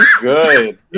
good